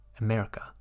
America